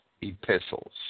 epistles